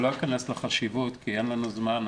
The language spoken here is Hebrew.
אני לא אכנס לחשיבות כי אין לנו זמן,